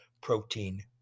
protein